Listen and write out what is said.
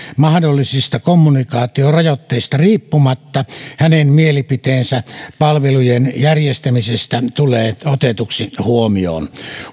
mahdollisista kommunikaatiorajoitteista riippumatta hänen mielipiteensä palvelujen järjestämisestä tulee otetuksi huomioon